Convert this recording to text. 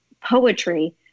poetry